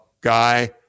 Guy